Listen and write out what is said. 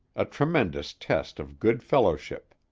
a tremendous test of good-fellowship.